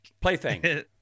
plaything